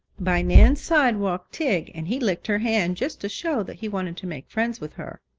by nan's side walked tige and he licked her hand, just to show that he wanted to make friends with her.